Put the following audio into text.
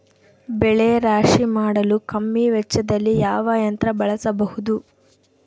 ಬೆಳೆ ರಾಶಿ ಮಾಡಲು ಕಮ್ಮಿ ವೆಚ್ಚದಲ್ಲಿ ಯಾವ ಯಂತ್ರ ಬಳಸಬಹುದು?